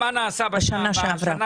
מה נעשה בשנה,